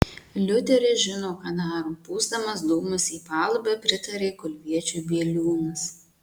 liuteris žino ką daro pūsdamas dūmus į palubę pritarė kulviečiui bieliūnas